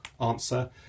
answer